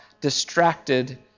distracted